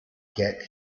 get